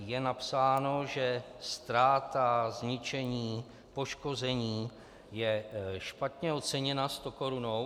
Je napsáno, že ztráta, zničení, poškození je špatně oceněna stokorunou.